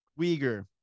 Uyghur